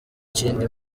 ikindi